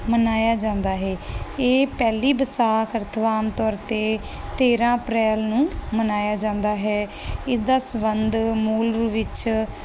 ਮਨਾਇਆ ਜਾਂਦਾ ਹੈ ਇਹ ਪਹਿਲੀ ਵਿਸਾਖ ਰਥਵਾਨ ਤੌਰ ਤੇ ਤੇਰਾਂ ਅਪ੍ਰੈਲ ਨੂੰ ਮਨਾਇਆ ਜਾਂਦਾ ਹੈ ਇਸ ਦਾ ਸਬੰਧ ਮੂਲ ਰੂਪ ਵਿੱਚ